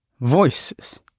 voices